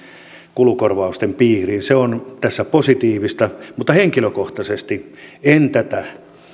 kulukorvausten piiriin se on tässä positiivista mutta henkilökohtaisesti en tätä